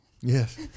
Yes